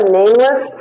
nameless